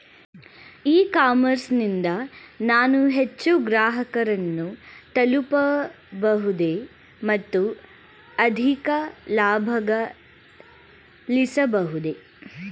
E commerce ನಿಂದ ನಾನು ಹೆಚ್ಚು ಗ್ರಾಹಕರನ್ನು ತಲುಪಬಹುದೇ ಮತ್ತು ಅಧಿಕ ಲಾಭಗಳಿಸಬಹುದೇ?